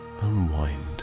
unwind